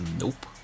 Nope